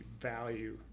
value